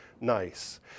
nice